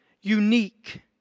unique